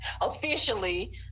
officially